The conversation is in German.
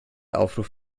aufruf